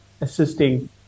assisting